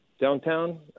downtown